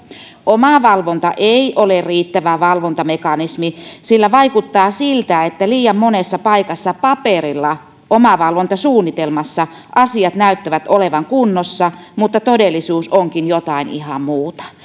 omavalvonta ei ole riittävä valvontamekanismi sillä vaikuttaa siltä että liian monessa paikassa paperilla omavalvontasuunnitelmassa asiat näyttävät olevan kunnossa mutta todellisuus onkin jotain ihan muuta